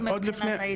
--- גבירתי,